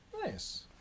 Nice